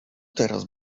teraz